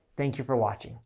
thank you for watching.